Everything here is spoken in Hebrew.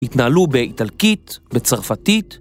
התנהלו באיטלקית בצרפתית.